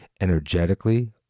energetically